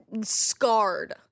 Scarred